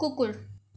कुकुर